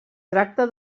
tracta